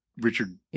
Richard